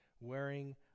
wearing